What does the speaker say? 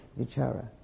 vichara